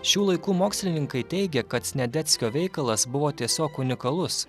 šių laikų mokslininkai teigia kad sniadeckio veikalas buvo tiesiog unikalus